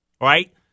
right